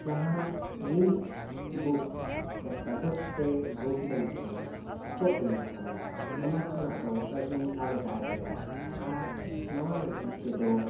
ᱡᱟᱦᱟᱱ print book ᱠᱟᱜᱚᱡᱽᱼᱛᱮ book ᱵᱮᱱᱟᱜ ᱠᱟᱱᱟ ᱯᱚᱛᱚᱵ ᱵᱮᱱᱟᱜ ᱠᱟᱱᱟ ᱚᱱᱟ ᱠᱷᱚᱱᱟᱜ ᱫᱚ ᱟᱹᱰᱤ ᱟᱞᱜᱟ ᱜᱮᱭᱟ ᱟᱨ ᱱᱚᱣᱟ ᱞᱟᱹᱜᱤᱫ ᱛᱮᱫᱚ